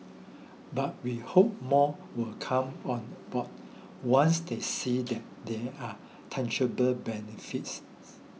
but we hope more will come on board once they see that there are tangible benefits